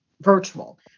virtual